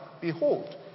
Behold